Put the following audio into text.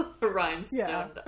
Rhinestone